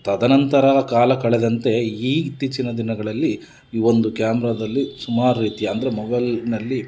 ತದನಂತರ ಕಾಲ ಕಳೆದಂತೆ ಈ ಇತ್ತೀಚಿನ ದಿನಗಳಲ್ಲಿ ಒಂದು ಕ್ಯಾಮ್ರದಲ್ಲಿ ಸುಮಾರು ರೀತಿಯ ಅಂದರೆ ಮೊಬೈಲಿನಲ್ಲಿ